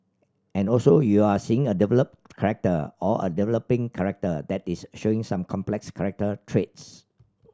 and also you're seeing a developed character or a developing character that is showing some complex character traits